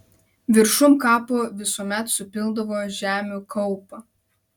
viršum kapo visuomet supildavo žemių kaupą